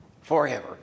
forever